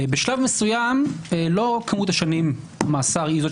בשלב מסוים לא כמות השנים למאסר היא זאת